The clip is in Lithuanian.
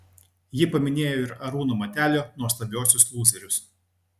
ji paminėjo ir arūno matelio nuostabiuosius lūzerius